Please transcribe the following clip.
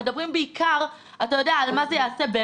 מדברים בעיקר על מה זה יעשה,